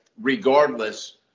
regardless